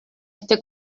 este